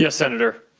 yeah senator.